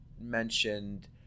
mentioned